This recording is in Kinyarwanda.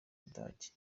budage